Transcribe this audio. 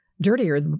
dirtier